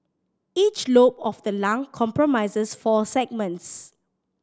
each lobe of the lung comprises four segments